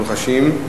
אנחנו חשים.